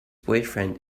boyfriend